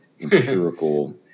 empirical